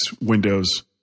Windows